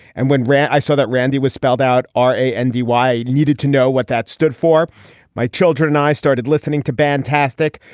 and when i saw that randy was spelled out are a andy why needed to know what that stood for my children and i started listening to band tastic.